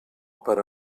per